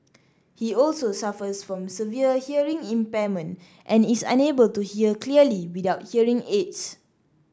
he also suffers from severe hearing impairment and is unable to hear clearly without hearing aids